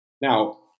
Now